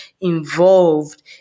involved